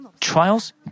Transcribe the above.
trials